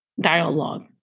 dialogue